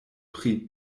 pri